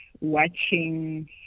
watching